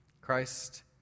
Christ